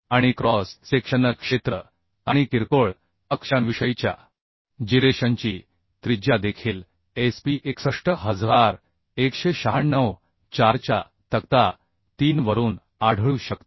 आणि cross sectional क्षेत्र आणि किरकोळ अक्षांविषयीच्या जिरेशनची त्रिज्या देखील Sp 611964 च्या तक्ता 3 वरून आढळू शकते